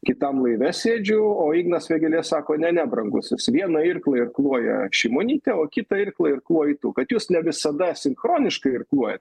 kitam laive sėdžiu o ignas vėgėlė sako ne ne brangus vieną irklą irkluoja šimonytė o kitą irklą irkluoji tu kad jūs ne visada sinchroniškai irkluojat